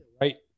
right